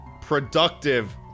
productive